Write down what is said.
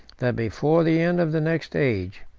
that, before the end of the next age,